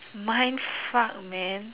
mindfuck man